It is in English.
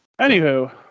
Anywho